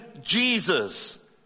Jesus